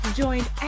joined